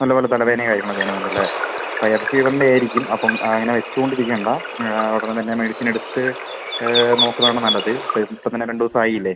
നല്ലപോലെ തലവേദനയും കാര്യങ്ങളൊക്കെ ഇങ്ങനെ ഉണ്ടല്ലേ വൈറൽ ഫീവറിൻ്റെ ആയിരിക്കും അപ്പം അങ്ങനെ വെച്ചുകൊണ്ട് ഇരിക്കേണ്ട ഉടനെ തന്നെ മെഡിസിൻ എടുത്ത് നോക്കുന്നത് ആണ് നല്ലത് ഇപ്പം ഇപ്പം തന്നെ രണ്ട് ദിവസം ആയില്ലേ